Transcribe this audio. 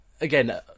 Again